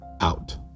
out